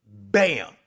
bam